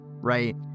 right